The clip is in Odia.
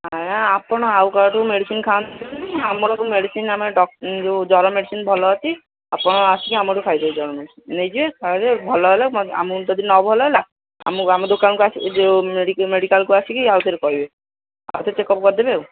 ଆଜ୍ଞା ଆପଣ ଆଉ କାହାଠୁ ମେଡ଼ିସିନ ଖାଆନ୍ତୁ ନି ଆମର ଯେଉଁ ମେଡ଼ିସିନ ଆମେ ଡକ୍ଟ ଯେଉଁ ଜ୍ୱର ମେଡ଼ିସିନ ଭଲ ଅଛି ଆପଣ ଆସିକି ଆମଠୁ ଖାଇଦେଇ ଜାଅନ୍ତୁ ନେଇଜିବେ ଖାଇଦେବେ ଭଲହେଲେ ଆମକୁ ଯଦି ନଭଲହେଲା ଆମକୁ ଆମ ଦୋକାନକୁ ଆସିକି ଯେଉଁ ମେଡ଼ିକାଲକୁ ଆସିକି ଆଉଥରେ କହିବେ ଆଉଥରେ ଚେକଅପ କରିଦେବେ ଆଉ